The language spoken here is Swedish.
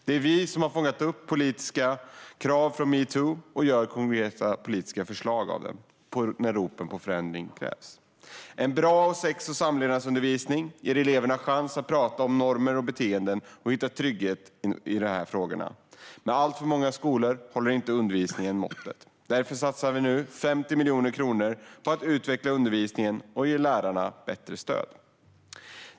Det är vi som har fångat upp politiska krav från metoo och gör konkreta politiska förslag av dem när ropen på förändring hörs. En bra sex och samlevnadsundervisning ger eleverna chans att prata om normer och beteenden och hitta en trygghet i dessa frågor. Men på alltför många skolor håller undervisningen inte måttet. Därför satsar vi nu 50 miljoner kronor på att utveckla undervisningen och ge lärarna bättre stöd.